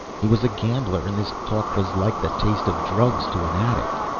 he was a gambler and this talk was like the taste of drugs to an addict.